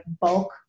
bulk